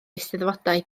eisteddfodau